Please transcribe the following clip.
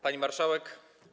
Pani Marszałek!